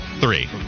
Three